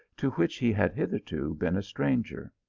to which he had hitherto been a stranger.